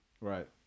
Right